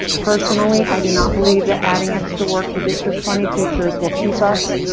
personally, i do not believe that adding extra work to district twenty teachers will keep us.